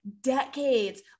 decades